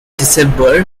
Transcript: december